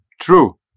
true